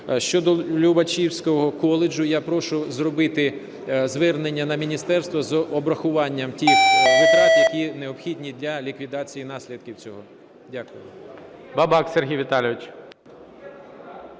Щодо Любешівського коледжу, я прошу зробити звернення на міністерство з обрахуванням тих витрат, які необхідні для ліквідації наслідків цього. Дякую.